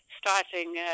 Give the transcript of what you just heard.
starting